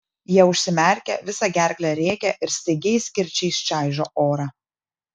jie užsimerkia visa gerkle rėkia ir staigiais kirčiais čaižo orą